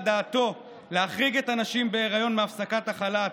דעתו להחריג את הנשים בהיריון מהפסקת החל"ת,